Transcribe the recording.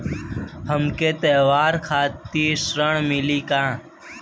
हमके त्योहार खातिर ऋण मिली का?